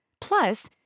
Plus